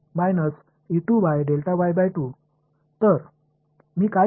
तर मी काय केले